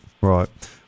right